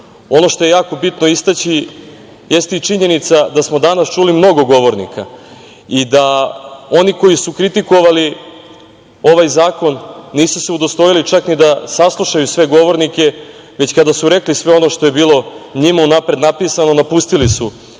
što je jako bitno istaći jeste i činjenica da smo danas čuli mnogo govornika i da oni koji su kritikovali ovaj zakon nisu se udostojili čak ni da saslušaju sve govornike, već kada su rekli sve ono što je bilo njima unapred napisano napustili su ovu